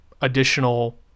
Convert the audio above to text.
additional